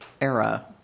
era